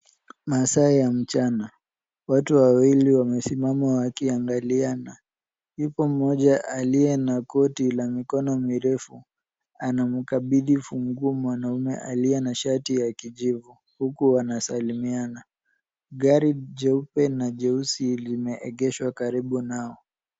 Masaa ya mchana watu wawili wamesimama wakiangaliana ipo mmoja aliye na koti la mkono mrefu, anamkapiti kifunguu mwanaume aliye na shati ya kijivu huku wanasalamiana. Gari jeupe na jeusi limeegeshwa karibu na nao.